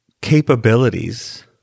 capabilities